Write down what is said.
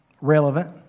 relevant